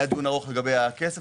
היה דיון ארוך לגבי הכסף.